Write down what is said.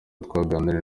twaganiriye